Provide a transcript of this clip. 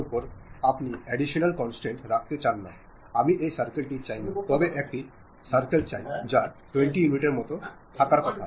ഓർഗനൈസേഷനിലെ ആശയവിനിമയം തീർച്ചയായും മനുഷ്യർ തമ്മിലുള്ളതാണ് എന്നാൽ വ്യത്യസ്ത സ്ഥാനങ്ങളിൽ നിന്നും സംഘടനാതലത്തിലുള്ളത് ആശയവിനിമയം ആന്തരികവും ബാഹ്യവുമായിരിക്കാം